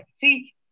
See